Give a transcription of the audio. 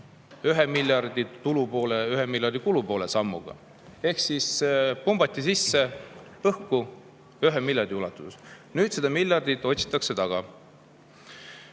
1 miljard tulu poolde, 1 miljard kulu poolde. Ehk siis pumbati sisse õhku 1 miljardi ulatuses. Nüüd seda miljardit otsitakse taga.